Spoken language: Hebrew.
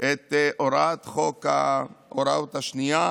את הוראת חוק הרשות השנייה,